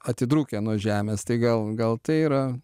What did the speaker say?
atitrūkę nuo žemės tai gal gal tai yra